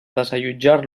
desallotjar